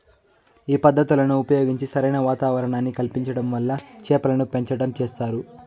ఈ పద్ధతులను ఉపయోగించి సరైన వాతావరణాన్ని కల్పించటం వల్ల చేపలను పెంచటం చేస్తారు